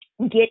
Get